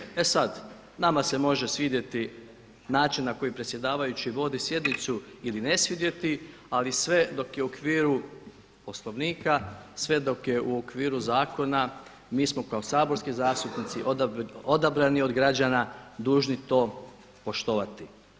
E sad, nama se može svidjeti način na koji predsjedavajući vodi sjednicu ili ne svidjeti, ali sve dok je u okviru Poslovnika, sve dok je u okviru zakona mi smo kao saborski zastupnici odabrani od građana dužni to poštovati.